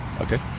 Okay